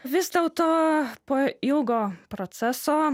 vis dėlto po ilgo proceso